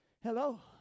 Hello